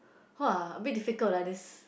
!wah! a bit difficult lah this